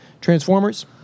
Transformers